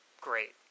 great